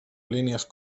línies